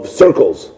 circles